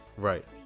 Right